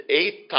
eight